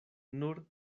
nur